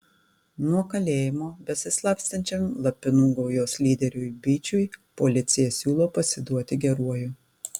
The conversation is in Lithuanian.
nuo kalėjimo besislapstančiam lapinų gaujos lyderiui byčiui policija siūlo pasiduoti geruoju